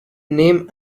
name